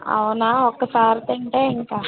అవునా ఒక్కసారి తింటే ఇంకా